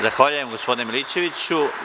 Zahvaljujem gospodine Milićeviću.